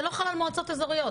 זה לא חל על מועצות אזוריות.